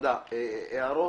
הערות?